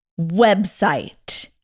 website